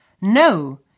No